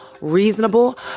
reasonable